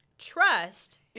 trust